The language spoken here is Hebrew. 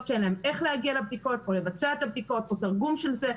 שאין להן איך להגיע לבדיקות או לבצע את הבדיקות או תרגום של זה.